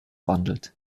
wandelt